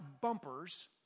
bumpers